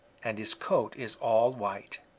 and his coat is all white.